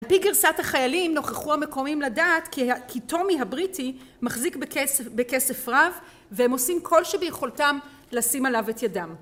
לפי גרסת החיילים נוכחו המקומים לדעת כי טומי הבריטי מחזיק בכסף רב והם עושים כל שביכולתם לשים עליו את ידם